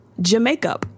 Jamaica